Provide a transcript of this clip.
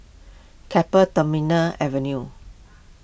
Keppel Terminal Avenue